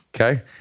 Okay